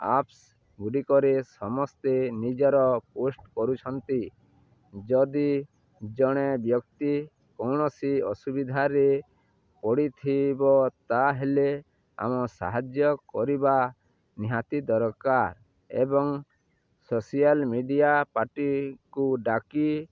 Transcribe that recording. apps ଗୁଡ଼ିକରେ ସମସ୍ତେ ନିଜର ପୋଷ୍ଟ କରୁଛନ୍ତି ଯଦି ଜଣେ ବ୍ୟକ୍ତି କୌଣସି ଅସୁବିଧାରେ ପଡ଼ିଥିବ ତାହେଲେ ଆମ ସାହାଯ୍ୟ କରିବା ନିହାତି ଦରକାର ଏବଂ ସୋସିଆଲ ମିଡ଼ିଆ ପାର୍ଟିକୁ ଡାକି